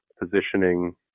positioning